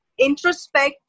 Introspect